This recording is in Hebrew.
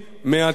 מעטים.